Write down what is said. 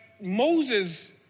Moses